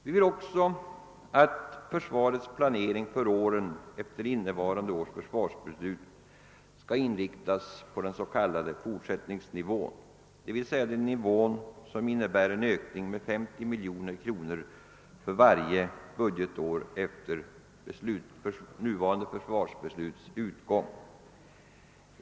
Vi vill också att försvarets planering för åren efter dem som innevarande års försvarsbeslut avser skall inriktas på den s.k. fortsättningsnivån, d.v.s. den nivå som innebär en ökning med 50 miljoner kronor för varje budgetår efter utgången av den period som nuvarande försvarsbeslut gäller.